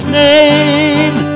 name